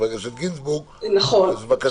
בבקשה,